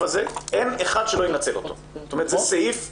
שאין אחד שלא ינצל את הסעיף הזה.